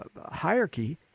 hierarchy